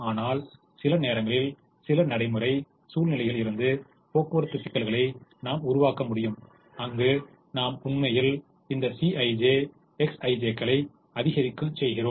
ஆனால் சில நேரங்களில் சில நடைமுறை சூழ்நிலைகளில் இருந்து போக்குவரத்து சிக்கல்களை நாம் உருவாக்க முடியும் அங்கு நாம் உண்மையில் இந்த Cij Xij களை அதிகரிக்க செய்கிறோம்